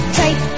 take